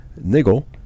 Niggle